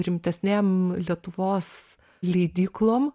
rimtesnėm lietuvos leidyklom